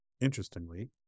Interestingly